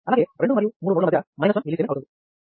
అలాగే 2 మరియు 3 నోడు ల మధ్య 1 mS అవుతుంది